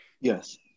Yes